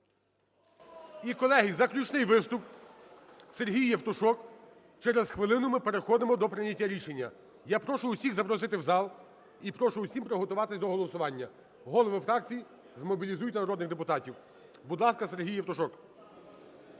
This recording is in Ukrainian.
І, колеги, заключний виступ – Сергій Євтушок. Через хвилину ми переходимо до прийняття рішення. Я прошу усіх запросити в зал і прошу усім приготуватися до голосування. Голови фракцій, змобілізуйте народних депутатів. Будь ласка, Сергій Євтушок.